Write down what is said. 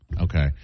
okay